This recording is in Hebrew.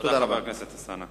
תודה רבה לחבר הכנסת אלסאנע.